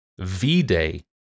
V-Day